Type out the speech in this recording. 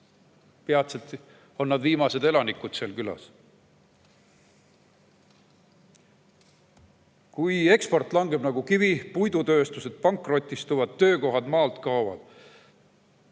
peatselt on nad küla viimased elanikud. Kui eksport langeb nagu kivi, puidutööstused pankrotistuvad, töökohad maalt kaovad,